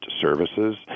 services